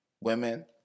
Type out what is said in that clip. women